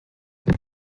they